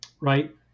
right